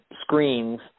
screens